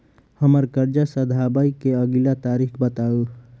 हम्मर कर्जा सधाबई केँ अगिला तारीख बताऊ?